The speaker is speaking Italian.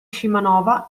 scimanova